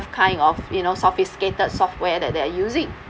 that kind of you know sophisticated software that they are using